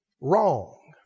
wrong